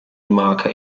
marker